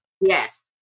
Yes